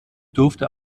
durften